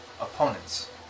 opponents